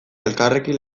elkarrekin